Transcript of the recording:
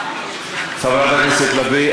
חברת הכנסת לביא,